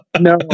No